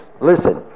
listen